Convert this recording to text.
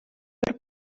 бер